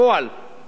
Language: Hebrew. אם מסתכלים